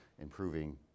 improving